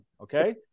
Okay